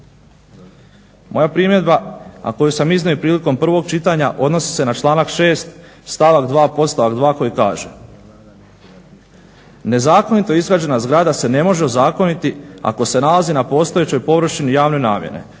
Moja primjedba, a koju sam iznio i prilikom prvog čitanja, odnosi se na članak 6. stavak 2. podstavak 2. koji kaže: "Nezakonito izgrađena zgrada se ne može ozakoniti ako se nalazi na postojećoj površini javne namjene,